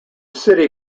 city